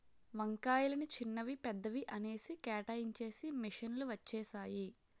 వంకాయలని చిన్నవి పెద్దవి అనేసి కేటాయించేసి మిషన్ లు వచ్చేసాయి